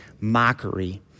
mockery